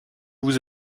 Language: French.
vous